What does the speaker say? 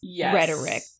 rhetoric